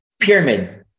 pyramid